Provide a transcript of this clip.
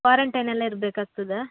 ಕ್ವಾರಂಟೈನೆಲ್ಲ ಇರಬೇಕಾಗ್ತದಾ